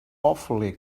awfully